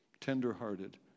tender-hearted